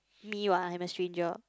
me what I'm a stranger